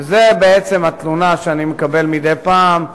וזאת בעצם התלונה שאני מקבל מדי פעם,